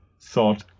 thought